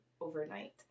overnight